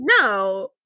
No